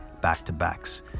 back-to-backs